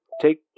take